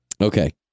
Okay